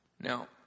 Now